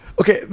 Okay